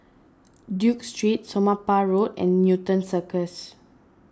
Duke Street Somapah Road and Newton Circus